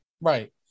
Right